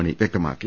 മണി വ്യക്തമാക്കി